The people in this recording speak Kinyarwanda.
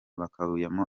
bakuyemo